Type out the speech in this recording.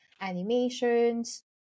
animations